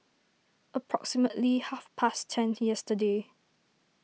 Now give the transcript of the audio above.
approximately half past ten yesterday